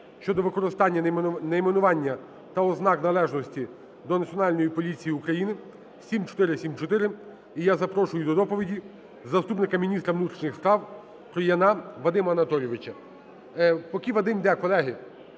щодо використання найменування та ознак належності до Національної поліції України (7474). І я запрошую до доповіді заступника міністра внутрішніх справ Трояна Вадима Анатолійовича. Поки Вадим йде, колеги,